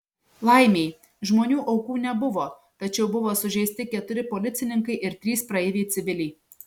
laimei žmonių aukų nebuvo tačiau buvo sužeisti keturi policininkai ir trys praeiviai civiliai